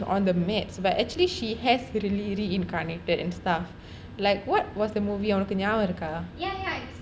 on the mads but actually she has really really reincarnated and stuff like what what's was the movie உனக்கு நியாபகம் இருக்கா:unakku niyaabagam irukka